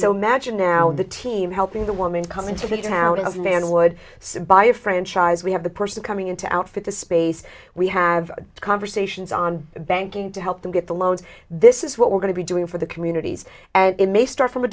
so magine now the team helping the woman coming to town is a van would buy a franchise we have the person coming into outfit the space we have conversations on banking to help them get the loans this is what we're going to be doing for the communities and it may start from a